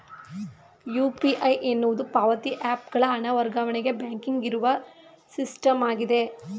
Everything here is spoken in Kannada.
ಯು.ಪಿ.ಐ ಎನ್ನುವುದು ಪಾವತಿ ಹ್ಯಾಪ್ ಗಳ ಹಣ ವರ್ಗಾವಣೆಗೆ ಬ್ಯಾಂಕಿಂಗ್ ಇರುವ ಸಿಸ್ಟಮ್ ಆಗಿದೆ